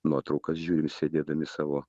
nuotraukas žiūrim sėdėdami savo